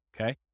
okay